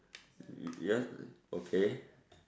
ya okay